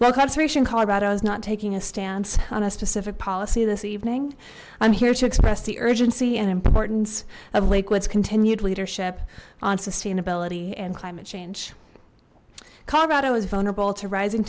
conservation colorado is not taking a stance on a specific policy this evening i'm here to express the urgency and importance of liquids continued leadership on sustainability and climate change colorado is vulnerable to rising